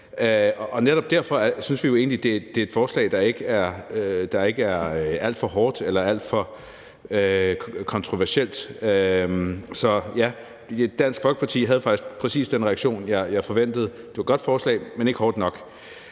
er. Netop derfor synes vi jo egentlig, det er et forslag, der ikke er alt for hårdt eller alt for kontroversielt. Så ja, Dansk Folkeparti havde faktisk præcis den reaktion, jeg forventede: at det var et godt forslag, men at det ikke